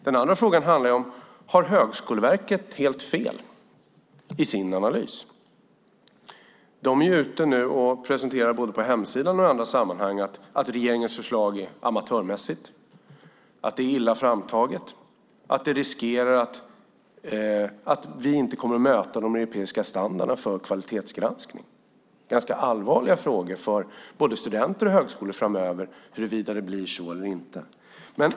Den andra frågan är: Har Högskoleverket helt fel i sin analys? Det är nu ute och presenterar både på hemsidan och i andra sammanhang att regeringens förslag är amatörmässigt. Det är illa framtaget, och det riskerar att vi inte kommer att möta de europeiska standarderna för kvalitetsgranskning. Det är ganska allvarliga frågor för både studenter och högskolor framöver huruvida det blir så eller inte.